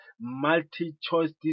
multi-choice